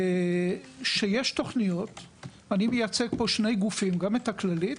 אני מייצג פה שני גופים, גם את הכללית